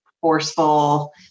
forceful